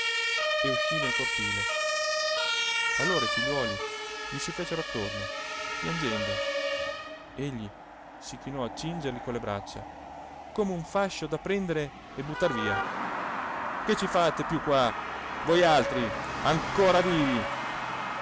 uscì nel cortile allora i figliuoli gli si fecero attorno piangendo egli si chinò a cingerli con le braccia come un fascio da prendere e buttar via che ci fate più qua vojaltri ancora vivi